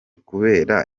kubera